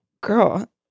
girl